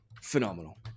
phenomenal